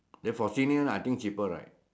therefore seniors I think cheaper right